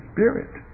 Spirit